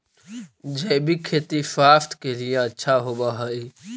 जैविक खेती स्वास्थ्य के लिए अच्छा होवऽ हई